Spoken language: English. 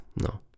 No